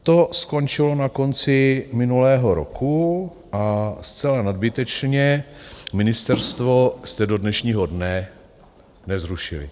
To skončilo na konci minulého roku a zcela nadbytečně ministerstvo jste do dnešního dne nezrušili.